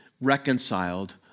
reconciled